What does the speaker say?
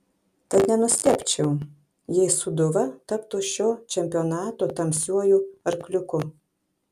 tad nenustebčiau jei sūduva taptų šio čempionato tamsiuoju arkliuku